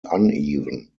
uneven